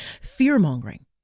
fear-mongering